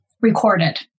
recorded